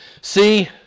see